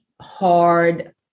hard